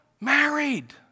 married